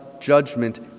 judgment